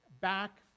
back